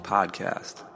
Podcast